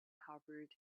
covered